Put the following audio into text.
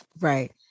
Right